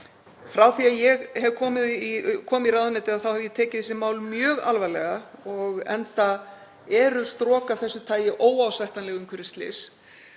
Frá því að ég kom í ráðuneytið hef ég tekið þessi mál mjög alvarlega, enda eru strok af þessu tagi óásættanleg umhverfisslys.